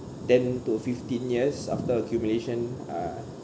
ten to fifteen years after accumulation uh